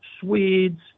Swedes